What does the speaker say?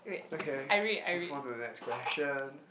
okay let's move on to the next question